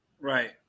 Right